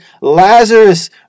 Lazarus